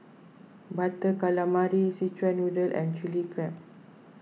Butter Calamari Szechuan Noodle and Chilli Crab